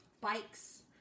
bikes